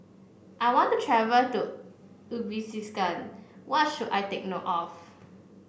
I want to travel to Uzbekistan what should I take note of